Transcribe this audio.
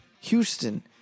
Houston